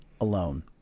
alone